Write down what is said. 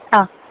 ಹಾಂ